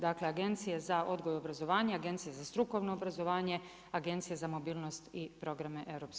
Dakle, Agencije za odgoj i obrazovanje, Agencije za strukovno obrazovanje, Agencije za mobilnost i programe EU.